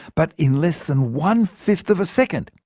but in less than one fifth of a second.